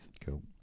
Cool